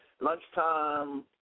lunchtime